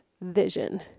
vision